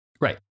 Right